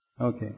Okay